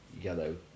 yellow